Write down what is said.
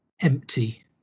empty